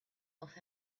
off